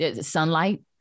sunlight